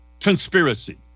conspiracy